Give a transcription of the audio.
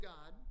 God